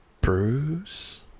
Bruce